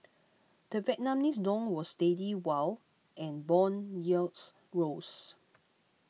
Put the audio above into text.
the Vietnamese dong was steady while and bond yields rose